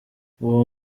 uwo